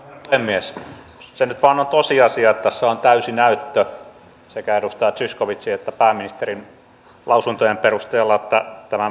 silloin se iso kysymys on se mitä te vastaatte niille maahanmuuttajille jotka ovat esimerkiksi tällä hetkellä pitkäaikaistyöttömiä